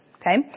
okay